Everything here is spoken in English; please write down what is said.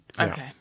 Okay